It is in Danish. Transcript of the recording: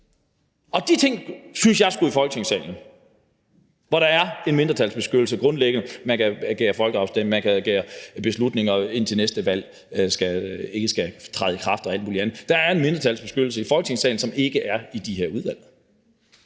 Og de ting synes jeg skulle i Folketingssalen, hvor der grundlæggende er en mindretalsbeskyttelse – man kan begære folkeafstemning, man kan begære, at beslutninger indtil næste valg ikke skal træde i kraft og alt muligt andet. Der er en mindretalsbeskyttelse i Folketingssalen, som ikke er der i de her udvalg.